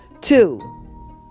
Two